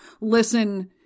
listen